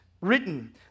written